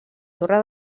torre